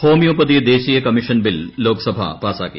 homeopathy ദേശീയ commission bill Lok Sabha പാസ്സാക്കി